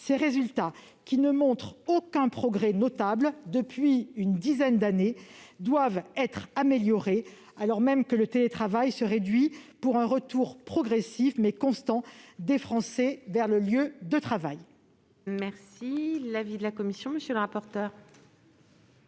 Ces résultats, qui ne montrent aucun progrès notable depuis une dizaine d'années, doivent être améliorés, alors même que le télétravail se réduit pour un retour progressif, mais constant des Français vers leur lieu de travail. Quel est l'avis de la commission ? Vous l'avez rappelé,